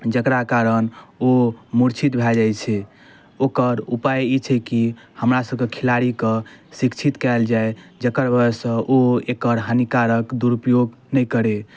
जकरा कारण ओ मूर्छित भऽ जाइ छै ओकर उपाय ई छै कि हमरा सबके खिलाड़ीके शिक्षित कयल जाय जेकर वजह सऽ ओ एकर हानिकारक दुरुपयोग नहि करै